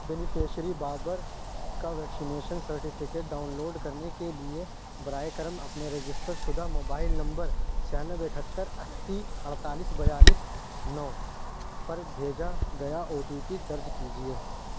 beneficiary Babar کا vaccination certificate download کرنے کے لیے براے کرم اپنے رجسٹر شدہ موبائل نمبر چھیانوے اکہتر اسی اڑتالیس بیالیس نو پر بھیجا گیا او ٹی پی درج کیجیے